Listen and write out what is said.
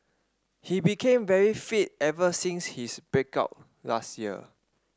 he became very fit ever since his break up last year